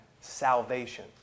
salvation